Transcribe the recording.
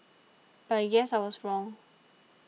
but I guess I was wrong